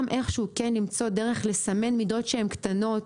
גם איכשהו כן למצוא דרך לסמן מידות שהן קטנות,